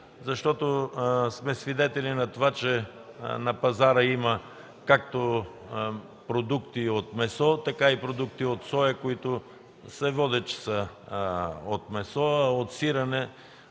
защото сме свидетели, че на пазара има както продукти от месо, така и продукти от соя, които се водят, че са от месо, и сирене,